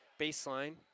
baseline